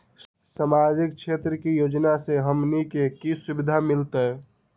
सामाजिक क्षेत्र के योजना से हमनी के की सुविधा मिलतै?